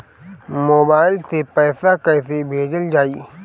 Mobile से पैसा कैसे भेजल जाइ?